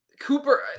Cooper